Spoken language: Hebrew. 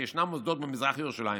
שישנם מוסדות במזרח ירושלים